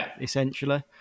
essentially